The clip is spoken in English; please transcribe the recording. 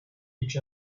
each